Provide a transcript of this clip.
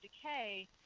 decay